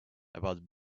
about